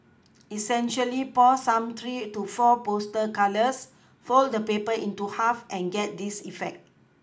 essentially pour some three to four poster colours fold the paper into half and get this effect